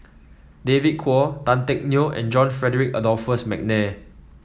David Kwo Tan Teck Neo and John Frederick Adolphus McNair